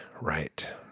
right